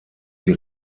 sie